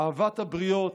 "אהבת הבריות"